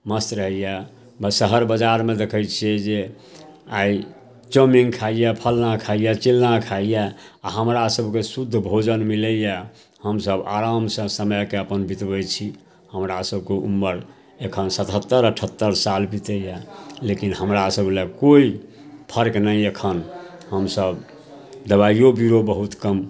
मस्त रहैए बस शहर बजारमे देखै छिए जे आइ चाउमिन खाइए फल्लाँ खाइए चिल्लाँ खाइए आओर हमरासभके शुद्ध भोजन मिलैए हमसभ आरामसँ समयके अपन बितबै छी हमरासभके उमर एखन सतहत्तरि अठहत्तरि साल बितैए लेकिन हमरासभले कोइ फर्क नहि एखन हमसभ दवाइओ बिरो बहुत कम